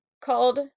called